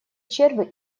черви